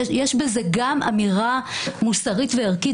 יש בזה גם אמירה מוסרית וערכית.